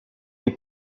est